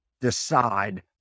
decide